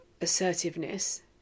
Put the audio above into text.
assertiveness